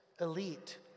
elite